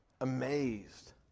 amazed